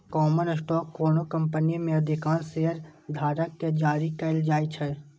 common stock कोनो company मे अधिकांश शेयरधारक कें जारी कैल जाइ छै